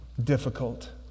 difficult